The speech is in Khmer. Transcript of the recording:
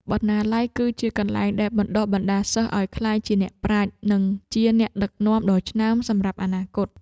បណ្ណាល័យ គឺជាកន្លែងដែលបណ្តុះបណ្តាលសិស្សឱ្យក្លាយជាអ្នកប្រាជ្ញ និងជាអ្នកដឹកនាំដ៏ឆ្នើមសម្រាប់អនាគត។